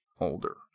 older